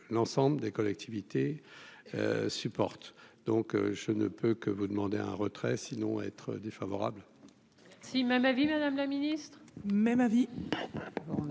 l'ensemble des collectivités supporte donc je ne peux que vous demander un retrait sinon être défavorable.